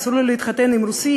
אסור לו להתחתן עם רוסי,